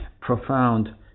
profound